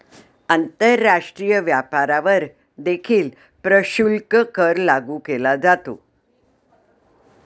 आंतरराष्ट्रीय व्यापारावर देखील प्रशुल्क कर लागू केला जातो